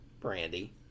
Brandy